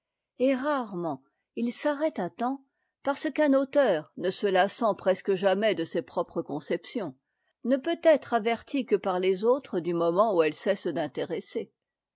et rarement ils s'arrêtent à temps parce qu'un auteur ne se lassant presque jamais de ses propres conceptions ne peut être averti que par les autres du moment où elles cessent d'intéresser